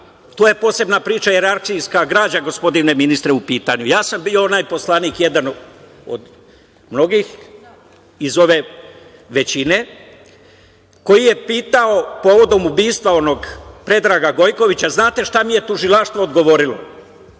to je posebna priča, jer arčijska građa gospodine ministre je u pitanju. Ja sam bio onaj poslanik, jedan od mnogih iz ove većine koji je pitao povodom ubistva onog Predraga Gojkovića, znate šta mi je tužilaštvo odgovorilo,